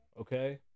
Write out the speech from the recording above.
Okay